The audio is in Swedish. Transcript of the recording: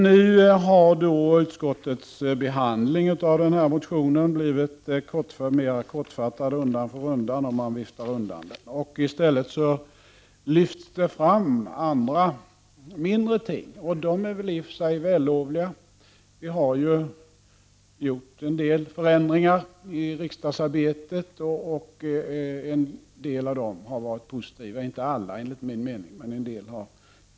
Nu har utskottets behandling av motionen blivit mer kortfattad undan för undan, och man lyfter undan den. I stället lyfts det fram andra, mindre ting. De är väl i och för sig vällovliga; vi har ju gjort en del förändringar i riksdagsarbetet, och en del av dem har varit positiva — inte alla, enligt min mening, men en del.